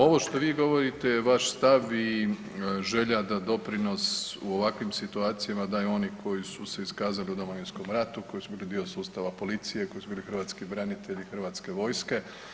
Ovo što vi govorite je vaš stav i želja da doprinos u ovakvim situacijama daju oni koji su se iskazali u Domovinskom ratu, koji su bili dio sustava policije, koji su bili hrvatski branitelji Hrvatske vojske.